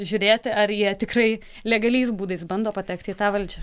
žiūrėti ar jie tikrai legaliais būdais bando patekti į tą valdžią